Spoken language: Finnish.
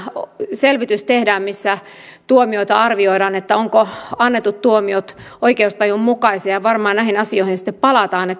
selvitys tehdään missä arvioidaan ovatko annetut tuomiot oikeustajun mukaisia varmaan näihin asioihin sitten palataan